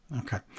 Okay